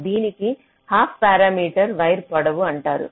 దీనిని half parameter wire పొడవు అంటారు